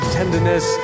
tenderness